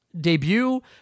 debut